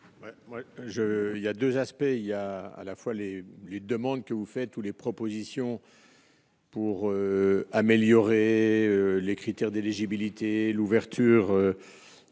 il y a 2 aspects : il y a à la fois les les demandes que vous faites les propositions. Pour améliorer les critères d'éligibilité, l'ouverture